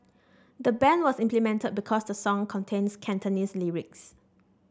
the ban was implemented because the song contains Cantonese lyrics